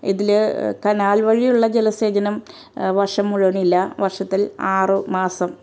ഇതിൽ കനാൽ വഴിയുള്ള ജലസേചനം വർഷം മുഴുവനില്ല വർഷത്തിൽ ആറ് മാസം